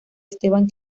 esteban